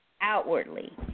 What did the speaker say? outwardly